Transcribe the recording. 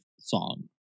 song